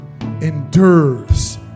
endures